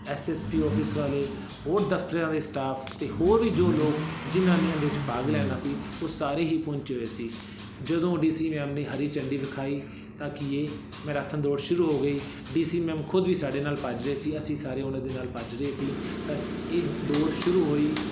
S S P office ਵਾਲੇ ਹੋਰ ਦਫ਼ਤਰਾਂ ਦੇ ਸਟਾਫ ਅਤੇ ਹੋਰ ਵੀ ਜੋ ਲੋਕ ਜਿਹਨਾਂ ਨੇ ਇਹਦੇ ਵਿੱਚ ਭਾਗ ਲੈਣਾ ਸੀ ਉਹ ਸਾਰੇ ਹੀ ਪਹੁੰਚੇ ਹੋਏ ਸੀ ਜਦੋਂ ਡੀ ਸੀ ਮੈਮ ਨੇ ਹਰੀ ਝੰਡੀ ਵਿਖਾਈ ਤਾਂ ਕੀ ਹੈ ਮੈਰਾਥਨ ਦੌੜ ਸ਼ੁਰੂ ਹੋ ਗਈ ਡੀ ਸੀ ਮੈਮ ਖੁਦ ਵੀ ਸਾਡੇ ਨਾਲ ਭੱਜ ਰਹੇ ਸੀ ਅਸੀਂ ਸਾਰੇ ਉਹਨਾਂ ਦੇ ਨਾਲ ਭੱਜ ਰਹੇ ਸੀ ਤਾਂ ਇਹ ਦੌੜ ਸ਼ੁਰੂ ਹੋਈ